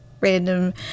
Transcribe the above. random